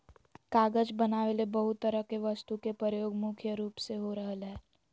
कागज बनावे ले बहुत तरह के वस्तु के प्रयोग मुख्य रूप से हो रहल हल